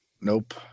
Nope